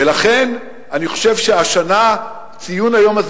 ולכן אני חושב שהשנה ציון היום הזה